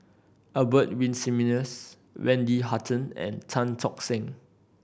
Albert Winsemius Wendy Hutton and Tan Tock Seng